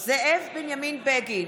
זאב בנימין בגין,